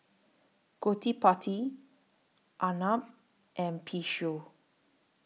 Gottipati Arnab and Peyush